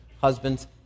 husbands